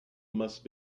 must